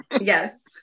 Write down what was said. Yes